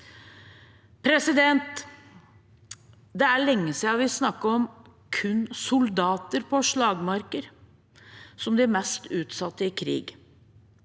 løsninger. Det er lenge siden vi snakket om kun soldater på slagmarker som de mest utsatte i krig.